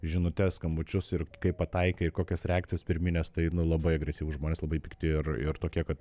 žinutes skambučius ir kai pataikai ir kokios reakcijos pirminės tai labai agresyvūs žmonės labai pikti ir ir tokie kad